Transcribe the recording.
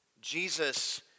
Jesus